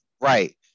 right